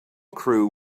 crew